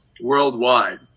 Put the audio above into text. worldwide